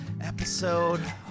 Episode